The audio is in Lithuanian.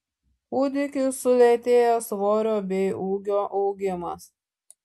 kūdikiui sulėtėja svorio bei ūgio augimas